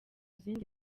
zindi